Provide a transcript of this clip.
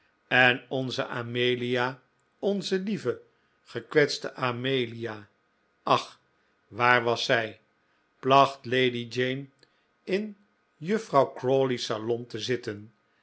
en onze amelia onze lieve gekwetste amelia ach waar was zij placht lady jane in juffrouw crawley's salon te zitten